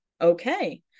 Okay